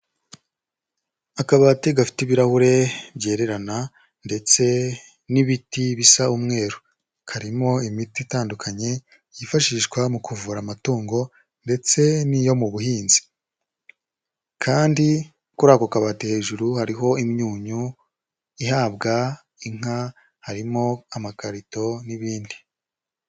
Akabati gafite ibirahure byererana ndetse n'ibiti bisa umweru, karimo imiti itandukanye yifashishwa mu kuvura amatungo ndetse n'iyo mu buhinzi kandi kuri ako kabati hejuru hariho imyunyu ihabwa inka, harimo amakarito n'ibindi.